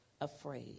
afraid